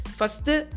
First